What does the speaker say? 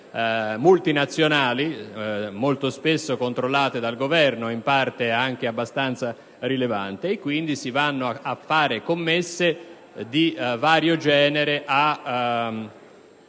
multinazionali, molto spesso controllate dal Governo, in parte anche in modo abbastanza rilevante. Quindi, si vanno a fare commesse di vario genere a